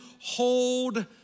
hold